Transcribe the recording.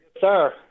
sir